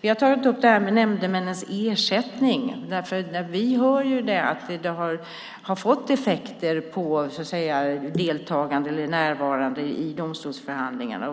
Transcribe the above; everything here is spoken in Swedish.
Vi har tagit upp det här med nämndemännens ersättning, därför att vi hör att det har fått effekter på närvaron i domstolsförhandlingarna.